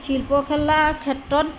শিল্পকলাৰ ক্ষেত্ৰত